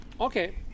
Okay